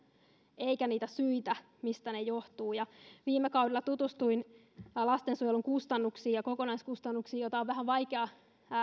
eikä niitä syitä mistä ne johtuvat viime kaudella tutustuin lastensuojelun kokonaiskustannuksiin joita on vähän vaikea